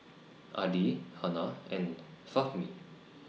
Adi Hana and Fahmi